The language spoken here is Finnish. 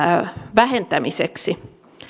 vähentämiseksi